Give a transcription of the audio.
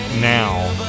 now